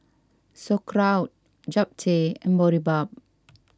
Sauerkraut Japchae and Boribap